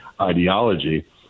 ideology